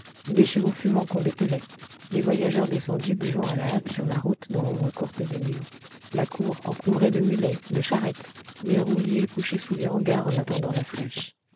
les chevaux fumants qu'on dételait les voyageurs descendus buvant à la hâte sur la route dans l'ombre courte des murs la cour encombrée de mulets de charrettes des rouliers couchés sous les hangars en attendant la fraîche